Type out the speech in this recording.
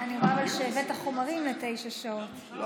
מעל תשע שעות,